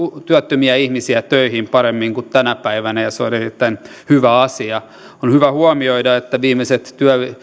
työttömiä ihmisiä töihin paremmin kuin tänä päivänä ja se on erittäin hyvä asia on hyvä huomioida että viimeiset